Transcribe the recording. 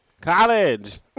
College